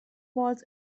was